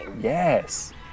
Yes